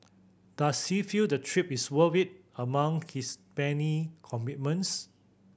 does she feel the trip is worth it among his many commitments